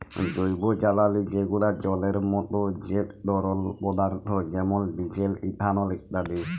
জৈবজালালী যেগলা জলের মত যেট তরল পদাথ্থ যেমল ডিজেল, ইথালল ইত্যাদি